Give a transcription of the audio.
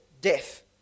death